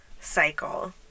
cycle